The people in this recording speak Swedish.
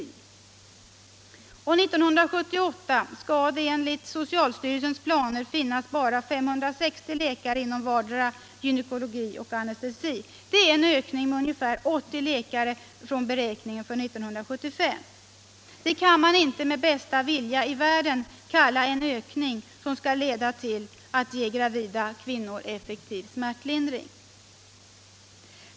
År 1978 skall det enligt socialstyrelsens planer finnas 560 läkare inom vardera gynekologi och anestesi. Det är bara en ökning med ungefär 80 läkare från beräkningen för 1975. Det kan man inte med bästa vilja i världen kalla en ökning som skall leda till att ge gravida kvinnor effektiv smärtlindring.